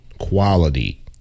quality